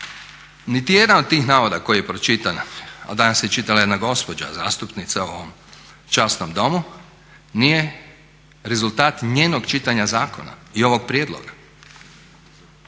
Niti jedan od tih navoda koji je pročitan, a danas je čitala jedna gospođa zastupnica u ovom časnom domu, nije rezultat njenog čitanja zakona i ovog prijedloga,